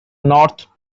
north